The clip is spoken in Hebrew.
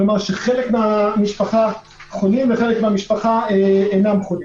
כלומר שחלק מהמשפחה חולים וחלק אינם חולים.